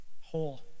whole